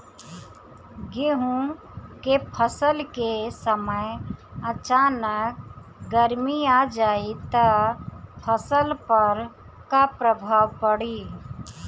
गेहुँ के फसल के समय अचानक गर्मी आ जाई त फसल पर का प्रभाव पड़ी?